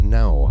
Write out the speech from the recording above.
now